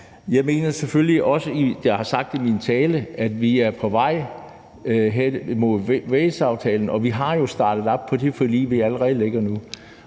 jeg har sagt i min tale, at vi er på vej hen mod Walesaftalen, og vi har jo startet op på det forlig, der allerede ligger nu.